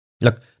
Look